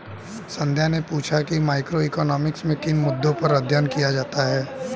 संध्या ने पूछा कि मैक्रोइकॉनॉमिक्स में किन मुद्दों पर अध्ययन किया जाता है